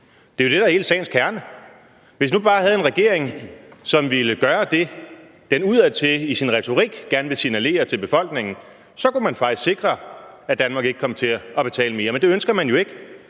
Det er jo dét, der er hele sagens kerne. Hvis nu vi bare havde en regering, som ville gøre det, den udadtil i sin retorik gerne vil signalere til befolkningen, kunne man faktisk sikre, at Danmark ikke kom til at betale mere. Men det ønsker man jo ikke,